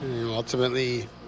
Ultimately